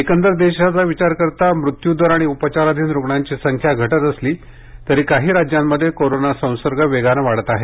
एकंदर देशाचा विचार करता मृत्यू दर आणि उपचाराधीन रुग्णाची संख्या घटत असली तरी काही राज्यांमध्ये कोरोना संसर्ग वेगानं वाढत आहे